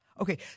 Okay